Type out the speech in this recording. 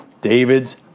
David's